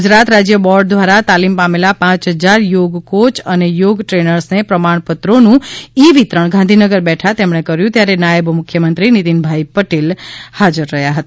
ગુજરાત રાજ્ય યોગ બોર્ડ દ્વારા તાલીમ પામેલા પાંચ હજાર યોગ કોય અને યોગ ટ્રેનર્સને પ્રમાણપત્રોનું ઈ વિતરણ ગાંધીનગર બેઠા તેમણે કર્યું ત્યારે નાયબ મુખ્યમંત્રી નિતિનભાઈ પટેલ હાજર હતા